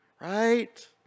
right